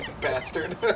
Bastard